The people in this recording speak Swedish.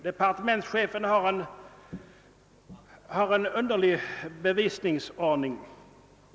Departementschefen använder en underlig bevisföring.